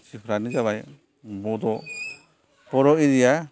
मानसिफ्रानो जाबाय बड' बर' एरिया